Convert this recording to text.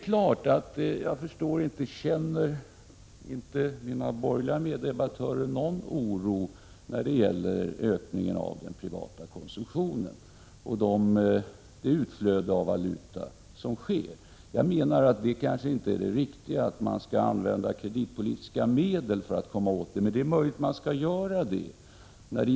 Känner inte mina borgerliga meddebattörer någon oro för ökningen av den privata konsumtionen och utflödet av valuta? Det är kanske inte riktigt att använda kreditpolitiska medel för att lösa problemet, men det är också möjligt att det är riktigt.